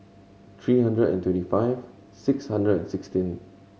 three hundred and twenty five six hundred and sixteen